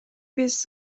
биз